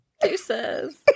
Deuces